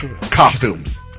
costumes